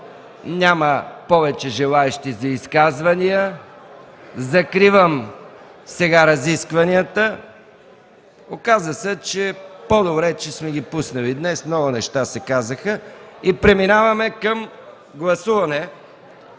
няма повече желаещи за изказвания. Закривам разискванията. Оказа се по-добре, че сме ги пуснали днес – много неща се казаха. Преминаваме към гласуване